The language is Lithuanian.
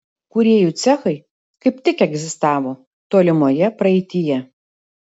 kūrėjų cechai kaip tik egzistavo tolimoje praeityje